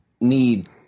need